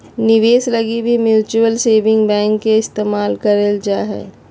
निवेश लगी भी म्युचुअल सेविंग बैंक के इस्तेमाल करल जा हय